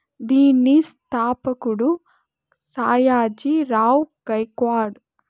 దీని స్థాపకుడు సాయాజీ రావ్ గైక్వాడ్